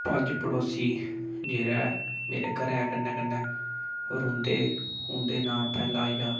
पंज पड़ोसी जेह्ड़े मेरे घरै दे कन्नै कन्नै रौंह्दे उं'दे नांऽ पैह्ला आई गेआ